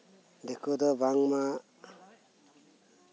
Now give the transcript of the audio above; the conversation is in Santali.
ᱫᱤᱠᱩ ᱫᱚ ᱵᱟᱝᱢᱟ